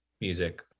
music